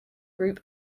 group